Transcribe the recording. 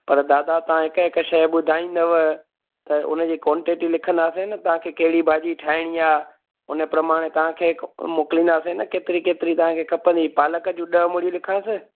पर दादा तव्हां हिकु हिकु शइ ॿुधाईंदव त उनजी क्वांटिटी लिखंदासीं न तव्हांखे कहिड़ी भाॼी ठाहिणी आहे उन प्रमाण तव्हांखे हिकु मोकिलिंदासीं न केतिरी केतिरी तव्हांखे खपंदी पालक जी ॾह मूड़ियूं लिखांसि